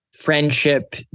friendship